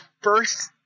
first